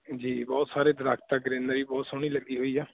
ਜੀ ਬਹੁਤ ਸਾਰੇ ਦਰੱਖਤ ਆ ਗਰੀਨਰੀ ਬਹੁਤ ਸੋਹਣੀ ਲੱਗੀ ਹੋਈ ਆ